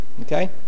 Okay